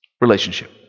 Relationship